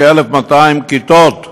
כ-1,200 כיתות,